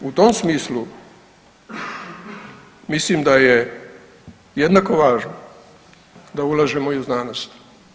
I u tom smislu mislim da je jednako važno da ulažemo i u znanost.